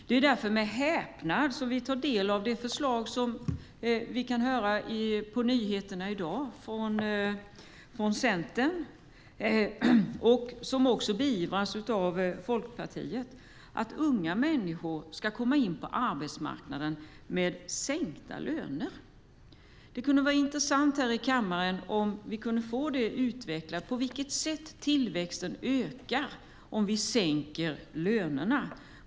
Det är därför med häpnad vi tar del av det förslag från Centern som vi kunde höra om på nyheterna i dag och som bejakas av Folkpartiet, att unga människor ska komma in på arbetsmarknaden med sänkta löner. Det vore intressant om vi kunde få veta på vilket sätt tillväxten ökar om vi sänker lönerna.